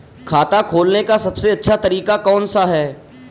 खाता खोलने का सबसे अच्छा तरीका कौन सा है?